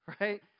right